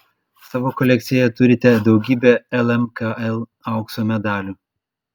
savo kolekcijoje turite daugybę lmkl aukso medalių